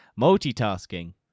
Multitasking